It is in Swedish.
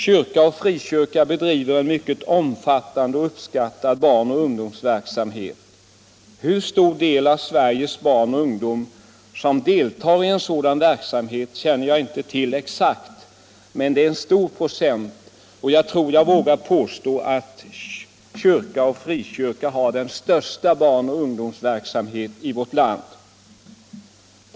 Kyrka och frikyrka bedriver en mycket omfattande och uppskattad barnoch ungdomsverksamhet. Hur stor del av Sveriges barn och ungdom som deltar i sådan verksamhet känner jag inte till exakt, men det är en stor procent. Jag tror att jag vågar påstå att kyrka och frikyrka har den största barnoch ungdomsverksamheten i vårt land.